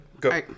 Go